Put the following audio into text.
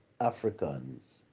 africans